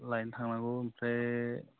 लायनो थांनांगौ ओमफ्राय